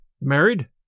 Married